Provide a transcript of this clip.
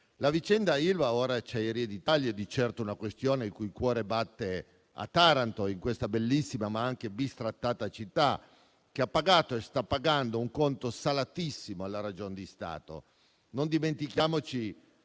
La vicenda Ilva, ora Acciaierie d'Italia, è di certo una questione il cui cuore batte a Taranto, in questa bellissima ma anche bistrattata città che ha pagato e sta pagando un conto salatissimo alla ragion di Stato. Non dimentichiamoci